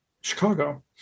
Chicago